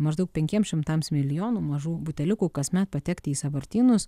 maždaug penkiems šimtams milijonų mažų buteliukų kasmet patekti į sąvartynus